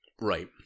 Right